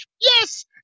Yes